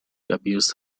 abused